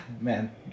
Man